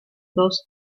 dos